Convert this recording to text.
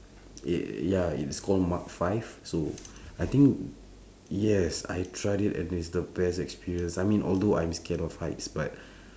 yeah ya it's called mark five so I think yes I tried it and it's the best experience I mean although I'm scared of heights but